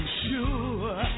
sure